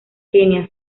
kenia